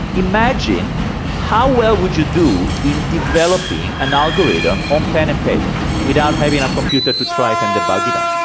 imagine how well would you do in developing an algorithm on pen and paper without having a computer to try it and debug it on.